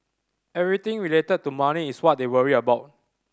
everything related to money is what they worry about